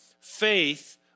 Faith